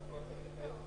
רוב התקנות אושרו.